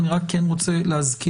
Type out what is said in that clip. אני רק כן רוצה להזכיר,